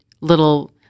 little